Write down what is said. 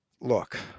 look